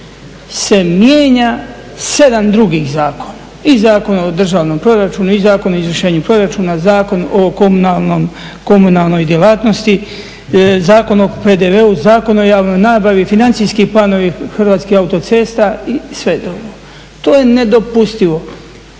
se mijenja 7 drugih zakona. I Zakona o državnom proračunu i Zakona o izvršenju proračuna, Zakon o komunalnoj djelatnosti, Zakon o PDV-u, Zakon o javnoj nabavi, financijski planovi Hrvatskih autocesta i sve …/Govornik se ne